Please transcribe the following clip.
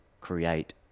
create